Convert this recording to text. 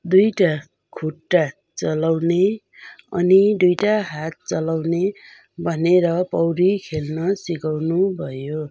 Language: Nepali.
दुईवटा खुट्टा चलाउने अनि दुईवटा हात चलाउने भनेर पौडी खेल्न सिकाउनु भयो